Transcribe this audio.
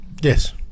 Yes